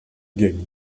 gagné